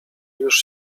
już